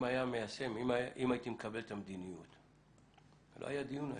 אם הייתי מקבל את המדיניות, לא היה דיון היום.